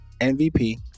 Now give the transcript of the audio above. MVP